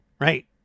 Right